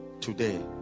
today